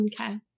Okay